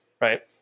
right